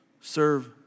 Serve